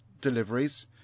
deliveries